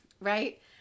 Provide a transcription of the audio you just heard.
Right